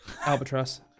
Albatross